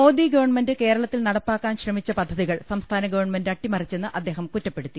മോ the government കേരളത്തിൽ നടപ്പാക്കാൻ ശ്രമിച്ച പദ്ധതികൾ സംസ്ഥാ ന ഗവൺമെന്റ് അട്ടിമറിച്ചെന്ന് അദ്ദേഹം കുറ്റപ്പെടുത്തി